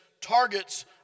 targets